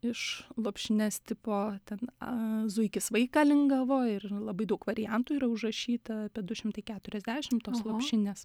iš lopšines tipo ten aa zuikis vaiką lingavo ir labai daug variantų yra užrašyta apie du šimtai keturiasdešim tos lopšinės